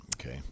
okay